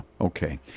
okay